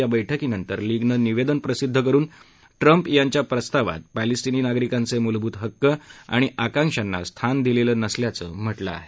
या बैठकीनंतर लीगनं निवेदन प्रसिद्ध करून ट्रम्प यांच्या प्रस्तावात पॅलेस्टिनी नागरिकांचे मूलभूत हक्क आणि आकांक्षांना स्थान दिलेलं नसल्याचं म्हटलं आहे